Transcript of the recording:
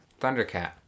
Thundercat